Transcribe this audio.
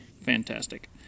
fantastic